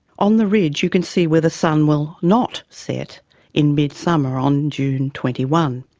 on the ridge, you can see where the sun will not set in mid summer on june twenty one.